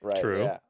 True